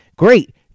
Great